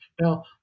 Now